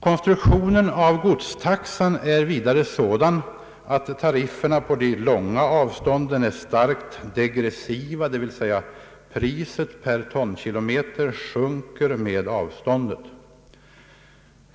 Godstaxans konstruktion är vidare sådan att tarifferna på de längre avstånden är starkt degressiva, d.v.s. priset per tonkilometer sjunker med avståndet.